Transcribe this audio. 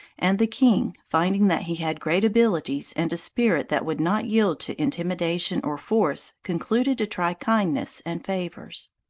and the king, finding that he had great abilities and a spirit that would not yield to intimidation or force, concluded to try kindness and favors.